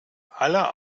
aller